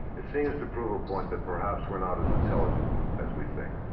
it seems to prove a point that perhaps we're not as intelligent as we think.